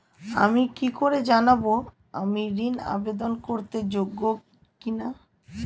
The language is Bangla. আমি কি করে জানব আমি ঋন আবেদন করতে যোগ্য কি না?